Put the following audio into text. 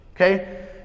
okay